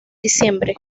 diciembre